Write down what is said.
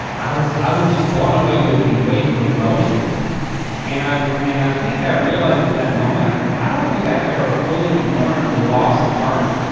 i was i was just blown away with the wave of emotion and i and i think i realized at that moment, i don't think i ever fully mourned the loss of merle.